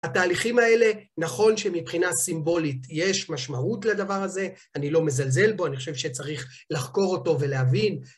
התהליכים האלה, נכון שמבחינה סימבולית יש משמעות לדבר הזה, אני לא מזלזל בו, אני חושב שצריך לחקור אותו ולהבין.